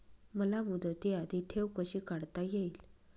मला मुदती आधी ठेव कशी काढता येईल?